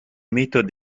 méthodes